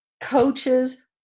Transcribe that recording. coaches